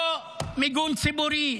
לא מיגון ציבורי.